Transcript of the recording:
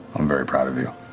i'm very proud of you.